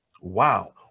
wow